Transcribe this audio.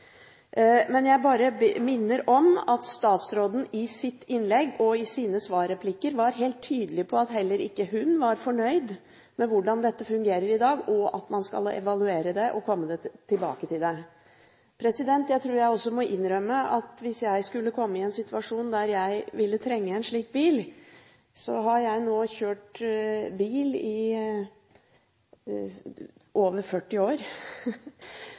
Men jeg bare minner om at statsråden i sitt innlegg og i sine svarreplikker var helt tydelig på at heller ikke hun var fornøyd med hvordan dette fungerer i dag, og at man skal evaluere det og komme tilbake til det. Jeg tror jeg også må innrømme at hvis jeg skulle komme i en situasjon der jeg ville trenge en slik bil – og jeg har nå kjørt bil i over 40 år